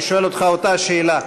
אני שואל אותך אותה השאלה.